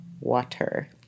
water